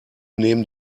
nehmen